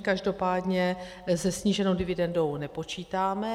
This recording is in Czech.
Každopádně se sníženou dividendou nepočítáme.